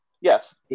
Yes